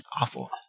Awful